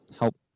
help